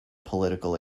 political